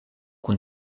kun